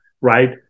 Right